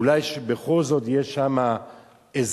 אולי בכל זאת יש שם אזרחים,